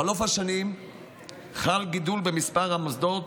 בחלוף השנים חל גידול במספר המוסדות